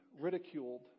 ridiculed